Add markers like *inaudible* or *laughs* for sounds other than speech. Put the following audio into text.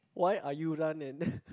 why are you running *laughs*